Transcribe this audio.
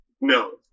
No